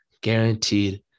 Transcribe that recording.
Guaranteed